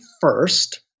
first